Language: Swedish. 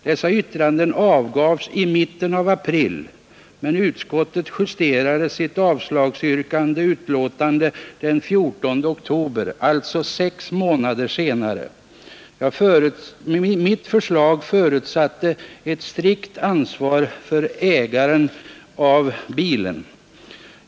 Dessa yttranden avgavs i mitten av april, men utskottet justerade sitt avstyrkande betänkande den 14 oktober, alltså sex månader senare. Mitt förslag förutsatte ett strikt ansvar för ägaren av bilen.